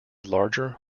larger